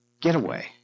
getaway